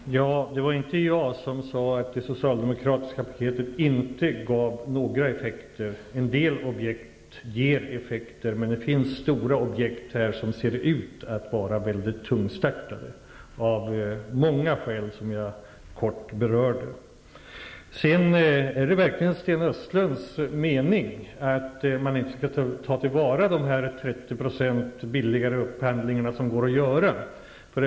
Fru talman! Det var inte jag som sade att det socialdemokratiska paketet inte gav några effekter. En del objekt ger effekter, men det finns här stora objekt som ser ut att vara mycket tungstartade av många skäl som jag kort berörde. Är det verkligen Sten Östlunds mening att man inte skall ta till vara att det går att göra upphandlingar som är 30 % billigare?